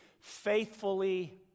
faithfully